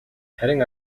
харин